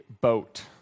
boat